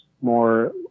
more